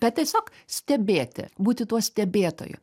bet tiesiog stebėti būti tuo stebėtoju